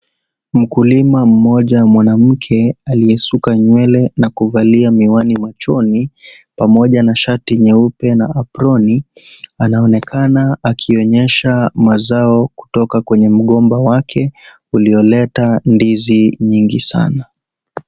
Mkulima mmoja mwanamke aliyesuka nywele na kuvalia miwani machoni pamoja na shati nyeupe na aproni anaonekana akionyesha mazao kutoka kwenye mgomba wake ulioleta ndizi nyingi sana.